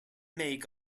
make